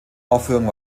aufführung